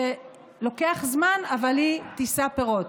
ולוקח זמן אבל היא תישא פירות.